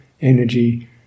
energy